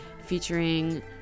featuring